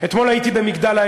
אתמול הייתי במגדל-העמק,